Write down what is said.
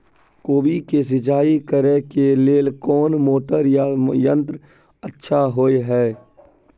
कोबी के सिंचाई करे के लेल कोन मोटर या यंत्र अच्छा होय है?